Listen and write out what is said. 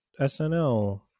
SNL